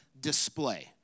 display